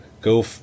go